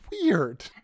weird